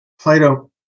Plato